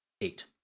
eight